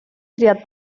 triat